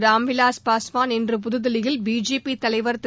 ராம்விலாஸ் பஸ்வான் இன்று புதுதில்லியில் பிஜேபி தலைவர் திரு